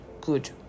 good